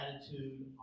attitude